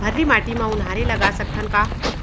भर्री माटी म उनहारी लगा सकथन का?